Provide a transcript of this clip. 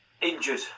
Injured